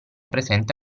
presente